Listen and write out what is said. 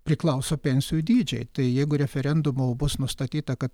priklauso pensijų dydžiai tai jeigu referendumu bus nustatyta kad